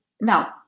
now